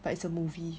but it's a movie